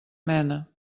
mena